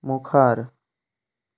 मुखार